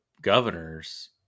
governors